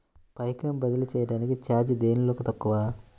పైకం బదిలీ చెయ్యటానికి చార్జీ దేనిలో తక్కువ?